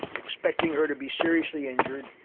expecting her to be seriously injured,